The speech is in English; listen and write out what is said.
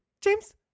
James